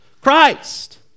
Christ